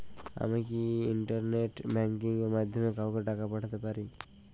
আমি কি internet banking এর মাধ্যমে কাওকে টাকা পাঠাতে পারি?